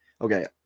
okay